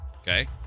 Okay